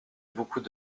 beaucoup